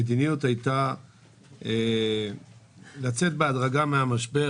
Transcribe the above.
המדיניות הייתה לצאת בהדרגה מהמשבר